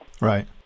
Right